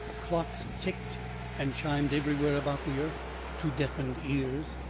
clocks ticked and chimed everywhere about the earth to deafened ears.